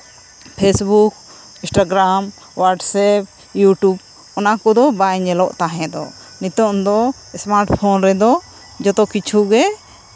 Facebook Instagram WhatsApp YouTube ᱚᱱᱟ ᱠᱚᱫᱚ ᱵᱟᱭ ᱧᱮᱞᱚᱜ ᱛᱟᱦᱮᱸᱫᱚᱜ ᱱᱤᱛᱳᱝ ᱫᱚ ᱮᱥᱢᱟᱨᱴ ᱯᱷᱳᱱ ᱨᱮᱫᱚ ᱡᱚᱛᱚ ᱠᱤᱪᱷᱩ ᱜᱮ